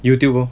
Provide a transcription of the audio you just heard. Youtube lor